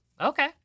Okay